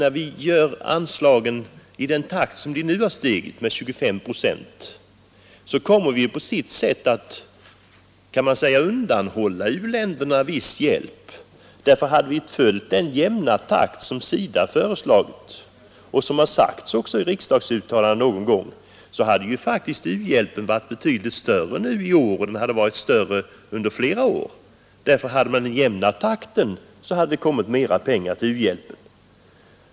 När vi höjer anslagen i den takt vi nu gjort, med 25 procent, undanhåller vi på sätt och vis u-länderna viss hjälp. Hade vi gått fram i den jämna takt som SIDA föreslagit och som också förordats i riksdagsuttalanden hade u-hjälpen faktiskt varit betydligt större i år, ja, den hade varit större under flera år. Hade man hållit en jämnare takt, hade alltså mera pengar kommit u-hjälpen till del.